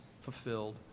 fulfilled